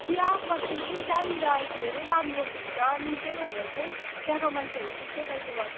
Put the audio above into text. चियापत्ती चाहिँ त्यहाँनिर धेरै राम्रो हुन्छ अनि त्यही भएर चाहिँ त्यहाँको मान्छेहरू त्यस्तो टाइपको गर्छ